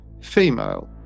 female